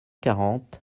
quarante